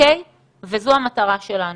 זו המטרה שלנו.